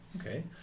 Okay